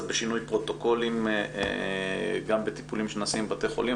קצת בשינוי פרוטוקולים גם בטיפולים שנעשים בבתי חולים,